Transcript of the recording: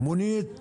מונית Uber,